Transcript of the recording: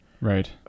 right